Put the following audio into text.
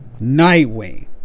Nightwing